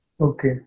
Okay